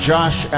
Josh